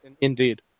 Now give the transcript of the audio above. Indeed